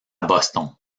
boston